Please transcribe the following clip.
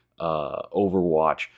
Overwatch